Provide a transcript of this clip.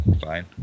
Fine